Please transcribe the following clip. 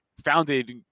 Founded